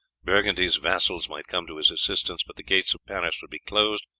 burgundy's vassals might come to his assistance, but the gates of paris would be closed,